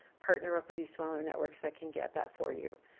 partner up with these smaller networks that can get that for you.